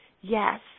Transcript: yes